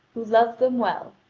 who loved them well,